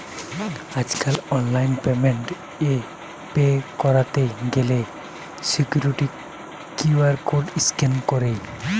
আজকাল online payment এ pay কইরতে গ্যালে সিকুইরিটি কিউ.আর কোড স্ক্যান কইরে